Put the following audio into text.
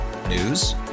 News